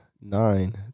nine